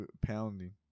pounding